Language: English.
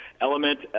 element